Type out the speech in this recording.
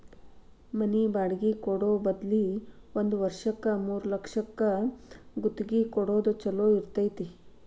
ಮನಿ ಬಾಡ್ಗಿ ಕೊಡೊ ಬದ್ಲಿ ಒಂದ್ ವರ್ಷಕ್ಕ ಮೂರ್ಲಕ್ಷಕ್ಕ ಗುತ್ತಿಗಿ ಕೊಡೊದ್ ಛೊಲೊ ಇರ್ತೆತಿ